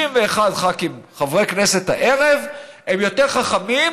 61 חברי כנסת הערב הם יותר חכמים